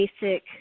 basic